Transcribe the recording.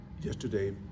yesterday